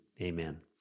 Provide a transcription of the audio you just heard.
amen